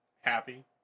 happy